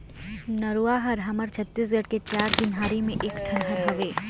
नरूवा हर हमर छत्तीसगढ़ के चार चिन्हारी में एक ठन हर हवे